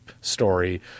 story